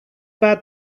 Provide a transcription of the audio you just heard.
bad